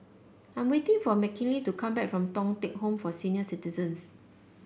I'm waiting for Mckinley to come back from Thong Teck Home for Senior Citizens